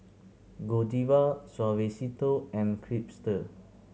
Godiva Suavecito and Chipster